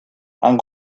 han